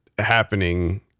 happening